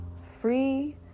free